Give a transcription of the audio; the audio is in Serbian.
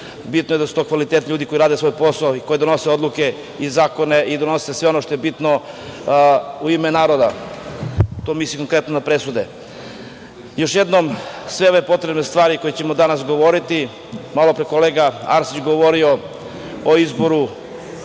bitno je da su to kvalitetni ljudi koji rade svoj posao i koji donose odluke, zakone i donose sve ono što je bitno u ime naroda. Tu mislim konkretno na presude. Još jednom, sve ove potrebne stvari o kojima ćemo danas govoriti, malopre je kolega Arsić govorio o izboru